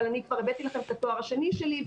אני כבר הבאתי לכם את התואר השני שלי,